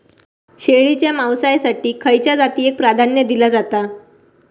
शेळीच्या मांसाएसाठी खयच्या जातीएक प्राधान्य दिला जाता?